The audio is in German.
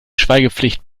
schweigepflicht